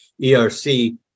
ERC